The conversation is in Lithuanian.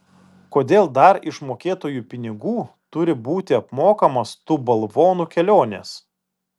kodėl dar iš mokėtojų pinigų turi būti apmokamos tų balvonų kelionės